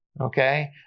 Okay